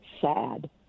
sad